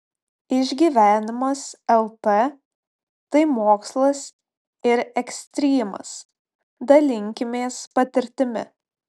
išgyvenimas lt tai mokslas ir ekstrymas dalinkimės patirtimi